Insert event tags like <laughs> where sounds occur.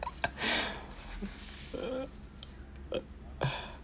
<laughs>